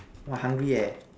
!wah! hungry eh